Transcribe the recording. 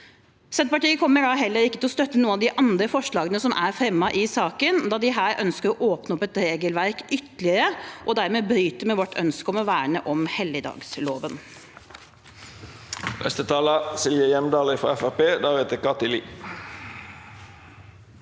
Senterpartiet kommer heller ikke til å støtte noen av de andre forslagene som er fremmet i saken, da man her ytterligere ønsker å åpne opp et regelverk, og dermed bryter med vårt ønske om å verne om helligdagsfredloven.